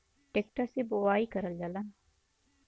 tractor से बोवाई करल जाला